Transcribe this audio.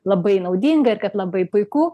labai naudinga ir kad labai puiku